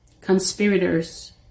Conspirators